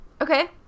Okay